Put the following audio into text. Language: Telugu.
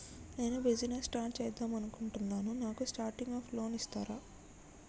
నేను బిజినెస్ స్టార్ట్ చేద్దామనుకుంటున్నాను నాకు స్టార్టింగ్ అప్ లోన్ ఇస్తారా?